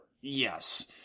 Yes